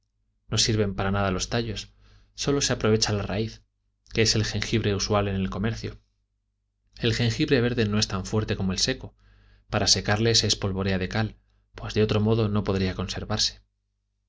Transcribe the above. no sirven para nada los tallos sólo se aprovecha la raíz que es el jengibre usual en el comercio el jengibre verde no es tan fuerte como el seco para secarle se espolvorea de cal pues de otro modo no podría conservarse